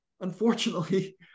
Unfortunately